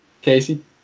Casey